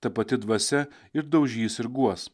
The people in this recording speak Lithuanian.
ta pati dvasia ir daužys ir guos